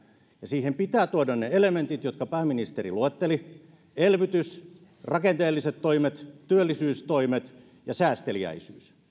ja siihen pitää tuoda ne elementit jotka pääministeri luetteli elvytys rakenteelliset toimet työllisyystoimet ja säästeliäisyys